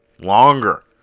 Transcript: longer